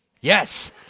Yes